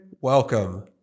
welcome